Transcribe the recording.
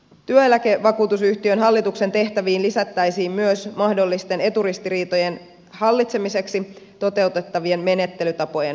työeläkevakuutusyhtiön hallituksen tehtäviin lisättäisiin myös mahdollisten eturistiriitojen hallitsemiseksi toteutettavien menettelytapojen hyväksyminen